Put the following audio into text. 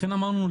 לכן אמרנו,